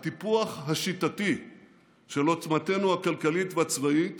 הטיפוח השיטתי של עוצמתנו הכלכלית והצבאית